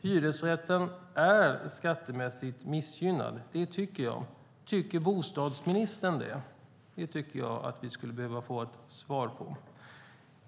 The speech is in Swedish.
Hyresrätten är skattemässigt missgynnad. Det tycker jag. Tycker bostadsministern det? Vi skulle behöva få ett svar på det.